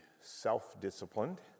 self-disciplined